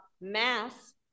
mass